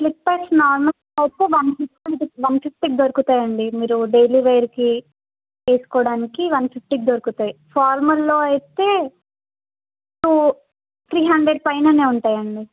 slippers normal అయితే one fifty one ఫిఫ్టీకి దొరుకుతాయండి మీరు డైలీ వేర్కి వేసుకోవడానికి వన్ ఫిఫ్టీకి దొరుకుతాయి ఫార్మల్లో అయితే టూ త్రీ హండ్రెడ్ పైనే ఉంటాయండి